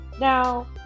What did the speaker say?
Now